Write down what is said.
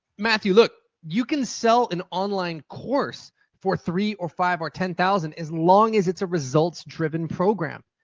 matthew, look, you can sell an online course for three or five or ten thousand as long as it's a results driven program.